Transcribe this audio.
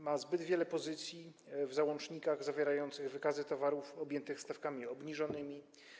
Ma zbyt wiele pozycji w załącznikach zawierających wykazy towarów objętych stawkami obniżonymi.